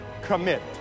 commit